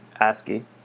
ASCII